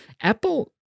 Apple